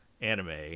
anime